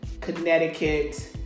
connecticut